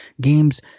Games